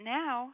now